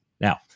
Now